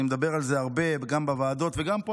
אני מדבר על זה הרבה גם בוועדות וגם פה,